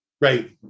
Right